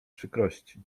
przykrości